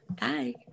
bye